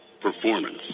performance